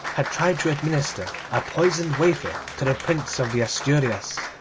had tried to administer a poisoned wafer to the prince of the asturias.